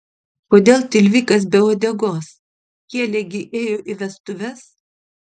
kodėl tilvikas be uodegos kielė gi ėjo į vestuves